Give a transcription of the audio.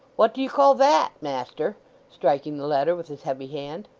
what do you call that, master striking the letter with his heavy hand.